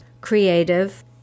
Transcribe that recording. creative